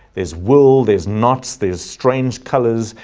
there's will there's knots, there's strange colors,